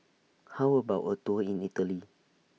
How about A Tour in Italy